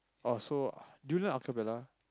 oh so do you learn acapella